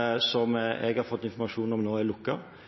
og som jeg har fått informasjon om at nå er